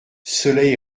cela